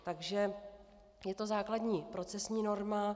Takže je to základní procesní norma.